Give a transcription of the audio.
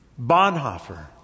Bonhoeffer